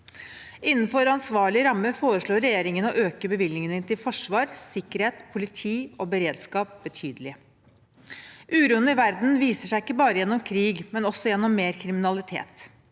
Innenfor ansvarlige rammer foreslår regjeringen å øke bevilgningene til forsvar, sikkerhet, politi og beredskap betydelig. Uroen i verden viser seg ikke bare gjennom krig, men også gjennom mer kriminalitet.